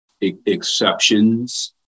exceptions